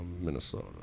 Minnesota